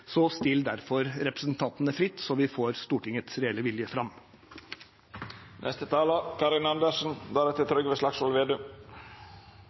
Still derfor representantene fritt, så vi får Stortingets reelle vilje